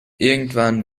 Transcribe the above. irgendwann